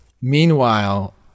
Meanwhile